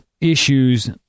issues